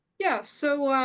yeah! so,